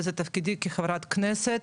וזה תפקידי כחברת כנסת,